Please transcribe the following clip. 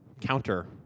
counter